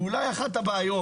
ואולי אחת הבעיות,